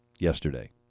Yesterday